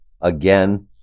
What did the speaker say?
again